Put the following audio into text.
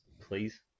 please